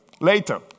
later